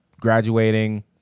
graduating